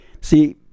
See